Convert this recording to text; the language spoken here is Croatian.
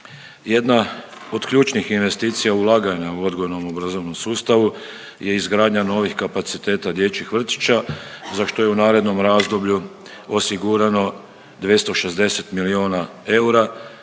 Jedna od ključnih investicija ulaganja u odgojno obrazovnom sustavu je izgradnja novih kapaciteta dječjih vrtića za što je u narednom razdoblju osigurano 260 milijuna eura